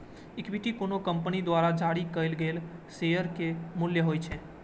equity कोनो company द्वारा जारी कैल गेल शेयर के मूल्य होइ छै